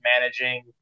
managing